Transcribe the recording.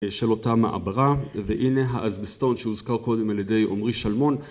של אותה מעברה והנה האזבסטון שהוזכר קודם על ידי עמרי שלמון